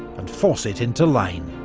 and force it into line.